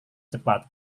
cepat